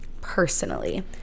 personally